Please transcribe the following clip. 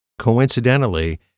coincidentally